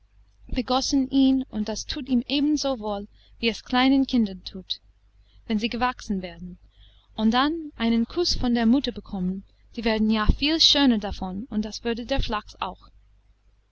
begossen ihn und das thut ihm ebenso wohl wie es kleinen kindern thut wenn sie gewaschen werden und dann einen kuß von der mutter bekommen sie werden ja viel schöner davon und das wurde der flachs auch